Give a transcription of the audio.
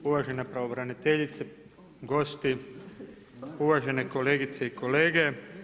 Uvažena pravobraniteljice, gosti, uvažene kolegice i kolege.